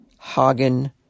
Hagen